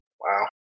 Wow